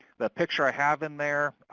the picture i have in there,